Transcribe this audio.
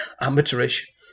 amateurish